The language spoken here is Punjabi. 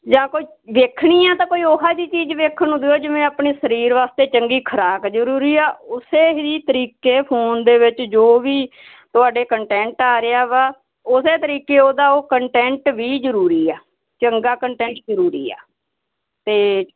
ਜਾ ਕੋਈ ਵੇਖਣੀ ਹ ਤਾਂ ਕੋਈ ਉਹੋ ਜਿਹੀ ਚੀਜ਼ ਵੇਖਣ ਨੂੰ ਦਿਓ ਜਿਵੇਂ ਆਪਣੀ ਸਰੀਰ ਵਾਸਤੇ ਚੰਗੀ ਖੁਰਾਕ ਜਰੂਰੀ ਆ ਉਸੇ ਹੀ ਤਰੀਕੇ ਫੋਨ ਦੇ ਵਿੱਚ ਜੋ ਵੀ ਤੁਹਾਡੇ ਕੰਟੈਂਟ ਆ ਰਿਹਾ ਵਾ ਉਸੇ ਤਰੀਕੇ ਉਹਦਾ ਉਹ ਕੰਟੈਂਟ ਵੀ ਜਰੂਰੀ ਆ ਚੰਗਾ ਕੰਟੈਂਟ ਜਰੂਰੀ ਆ ਤੇ